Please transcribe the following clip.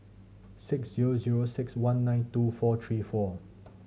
six zero zero six one nine two four three four